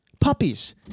puppies